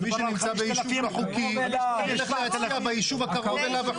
מי שנמצא ביישוב לא חוקי הולך להצביע ביישוב חוקי הקרוב אליו.